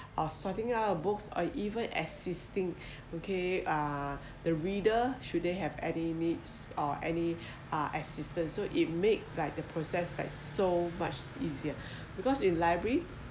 of sorting out of books or even assisting okay uh the reader shouldn't have any needs or any uh assistance so it made like the process like so much easier because in library